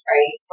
Right